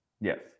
Yes